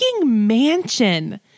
mansion